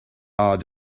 are